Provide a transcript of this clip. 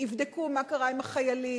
יבדקו מה קרה עם החיילים,